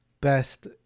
best